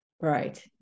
Right